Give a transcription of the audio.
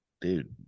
dude